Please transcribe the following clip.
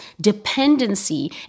dependency